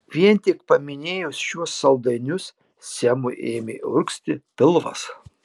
vien tik paminėjus šiuos saldainius semui ėmė urgzti pilvas